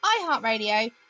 iHeartRadio